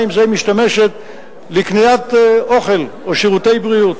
בכמה מזה היא משתמשת לקניית אוכל או שירותי בריאות.